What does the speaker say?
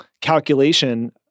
calculation